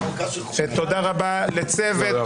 לצוות,